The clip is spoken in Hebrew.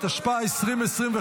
התשפ"ה 2025,